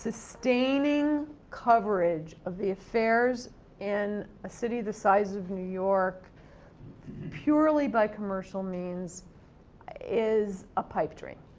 sustaining coverage of the affairs in a city the size of new york purely by commercial means is a pipe dream,